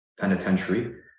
penitentiary